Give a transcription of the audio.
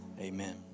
amen